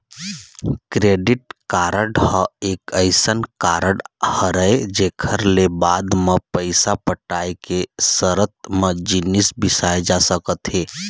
credit card ह एक अइसन कारड हरय जेखर ले बाद म पइसा पटाय के सरत म जिनिस बिसाए जा सकत हे